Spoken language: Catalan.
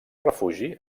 refugi